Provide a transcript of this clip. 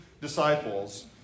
disciples